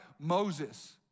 Moses